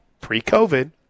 Pre-COVID